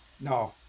No